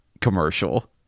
commercial